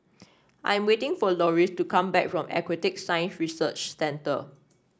I am waiting for Loris to come back from Aquatic Science Research Centre